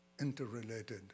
interrelated